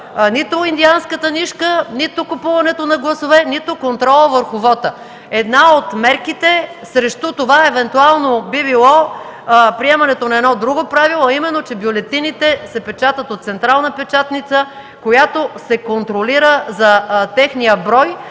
нито индианската нишка, нито купуването на гласове, нито контрола върху вота. Една от мерките срещу това евентуално би било приемането на едно друго правило, а именно, че бюлетините се печатат от централна печатница, която се контролира за техния брой